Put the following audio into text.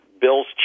Bill's